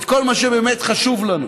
את כל מה שבאמת חשוב לנו,